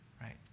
Right